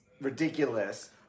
ridiculous